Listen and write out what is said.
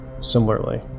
similarly